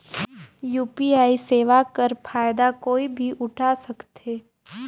UPI सेवा कर फायदा कोई भी उठा सकथे?